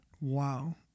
Wow